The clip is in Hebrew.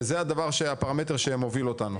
וזה הפרמטר שמוביל אותנו.